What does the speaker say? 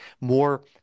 more